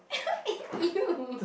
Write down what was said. !eww!